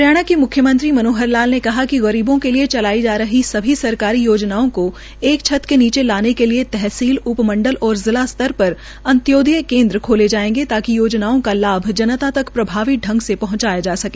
हरियाणा के मुख्यमंत्री मनोहर लाल ने कहा है कि गरीबों के लिए चलाड़ जा रही सभी सरकारी योजनाओं को एक छत के नीचे लाने के लिए तहसील उप मंडल और जिला स्तर पर अंत्योदय केन्द्र खोले जायेंगे ताकि योजनाओं का लाभ जनता तक प्रभावी संग से पहंचाया जा सके